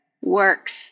works